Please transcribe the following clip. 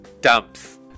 Dumps